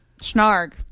Snarg